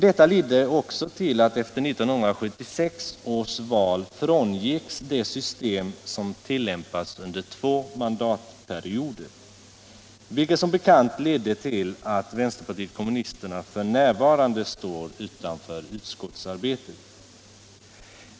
Detta ledde också till att efter 1976 års val det system frångicks som tillämpats under två mandatperioder, vilket som bekant fick till resultat att vänsterpartiet kommunisterna f.n. står utanför utskottsarbetet.